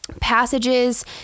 passages